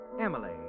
Emily